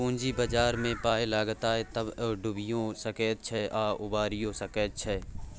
पूंजी बाजारमे पाय लगायब तए ओ डुबियो सकैत छै आ उबारियौ सकैत छै